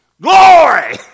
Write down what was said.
Glory